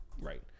right